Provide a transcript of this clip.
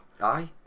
aye